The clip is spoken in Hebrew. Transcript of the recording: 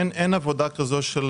אין עבודה כזאת שנעשתה.